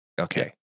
Okay